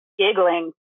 giggling